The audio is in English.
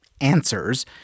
answers